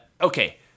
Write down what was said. Okay